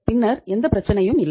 பின்னர் எந்த பிரச்சனையும் இல்லை